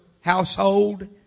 household